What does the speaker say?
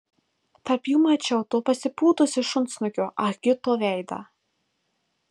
tarp jų mačiau to pasipūtusio šunsnukio ah gito veidą